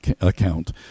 account